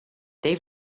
they